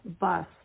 bus